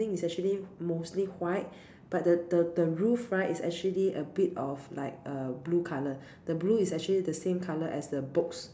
is actually mostly white but the the the roof right is actually a bit of like uh blue colour the blue is actually the same colour as the books